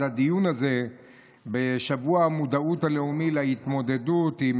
הדיון הזה בשבוע המודעות הלאומי להתמודדות עם